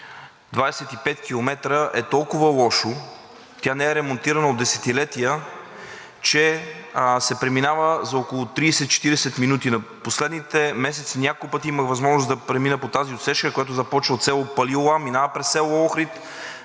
25 км, е толкова лошо, тя не е ремонтирана от десетилетия, че се преминава за около 30 – 40 минути. Последните месеци няколко пъти имах възможност да премина по тази отсечка, която започва от село Палилула, минава през село Охрид,